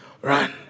run